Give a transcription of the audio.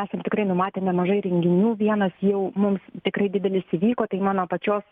esam tikrai numatę nemažai renginių vienas jau mums tikrai didelis įvyko tai mano pačios